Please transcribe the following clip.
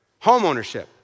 Homeownership